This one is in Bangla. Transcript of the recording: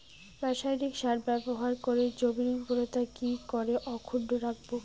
রাসায়নিক সার ব্যবহার করে জমির উর্বরতা কি করে অক্ষুণ্ন রাখবো